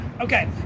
Okay